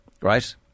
right